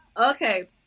Okay